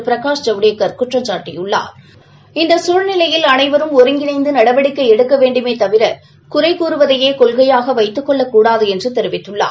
பிரகாஷ் ஜவடேக்கர் குற்றஞ்சாட்டியுள்ளார் இந்த சமயத்தில் அனைவரும் ஒருங்கிணைந்து நடவடிக்கை எடுக்கவேண்டுமே தவிர குறை கூறுவதையே கொள்கையாக வைத்துக் கொள்ளக்கூடாது என்றார்